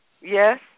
Yes